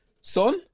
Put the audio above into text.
Son